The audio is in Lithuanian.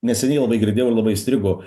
neseniai labai girdėjau labai įstrigo